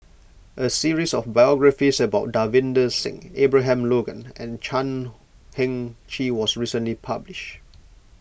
a series of biographies about Davinder Singh Abraham Logan and Chan Heng Chee was recently published